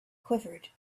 quivered